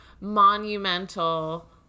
monumental